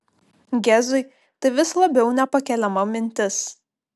gezui tai vis labiau nepakeliama mintis